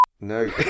No